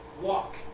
walk